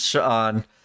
on